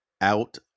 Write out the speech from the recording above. out